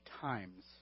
times